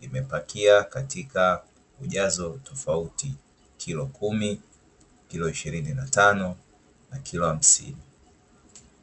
imepakiwa katika ujazo tofauti ikiwa kilo kumi, kilo ishirini na tano na kilo hamsini.